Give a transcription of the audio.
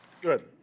Good